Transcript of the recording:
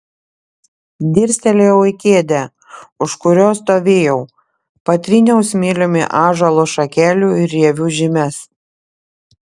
dirstelėjau į kėdę už kurios stovėjau patryniau smiliumi ąžuolo šakelių ir rievių žymes